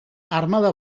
armada